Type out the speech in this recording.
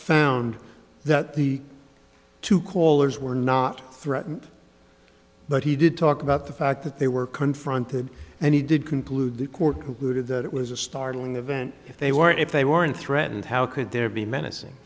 found that the two callers were not threatened but he did talk about the fact that they were confronted and he did conclude the court who did that it was a startling event if they weren't if they weren't threatened how could there be menacing